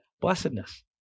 blessedness